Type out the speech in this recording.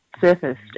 surfaced